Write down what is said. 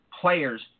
players